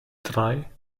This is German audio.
drei